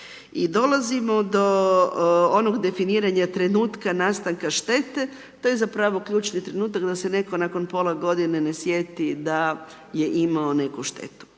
i dolazimo do onog definiranja trenutka nastanka štete, to je zapravo ključni trenutak da se netko nakon pola godine ne sjeti da je imao neku štetu.